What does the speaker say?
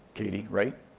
katy, right?